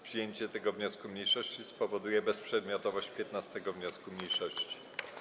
Przyjęcie tego wniosku mniejszości spowoduje bezprzedmiotowość 15. wniosku mniejszości.